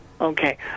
Okay